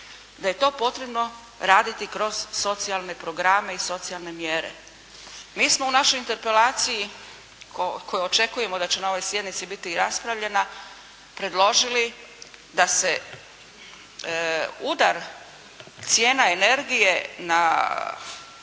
Da je to potrebno raditi kroz socijalne programe i socijalne mjere. Mi smo u našoj interpelaciji koju očekujemo da će na ovoj sjednici biti i raspravljena predložili da se udar cijena energije na